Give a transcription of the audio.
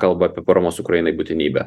kalba apie paramos ukrainai būtinybę